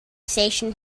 station